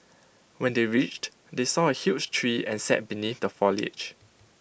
when they reached they saw A huge tree and sat beneath the foliage